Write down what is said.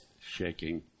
shaking